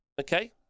okay